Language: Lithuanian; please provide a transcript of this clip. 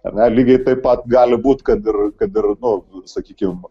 ar ne lygiai taip pat gali būt kad ir kad ir nu sakykim